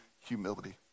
humility